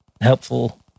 helpful